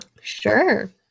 Sure